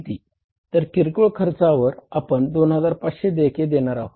तर किरकोळ खर्चावर आपण 2500 देयके देणार आहोत